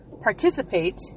participate